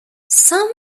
some